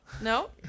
no